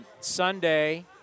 Sunday